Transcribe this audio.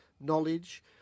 knowledge